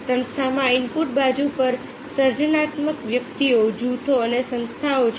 સંસ્થામાં ઇનપુટ બાજુ પર સર્જનાત્મક વ્યક્તિઓ જૂથો અને સંસ્થાઓ છે